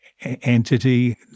entity